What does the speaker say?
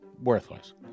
worthless